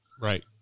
right